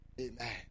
amen